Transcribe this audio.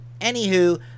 Anywho